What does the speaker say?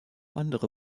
andere